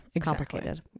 complicated